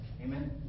Amen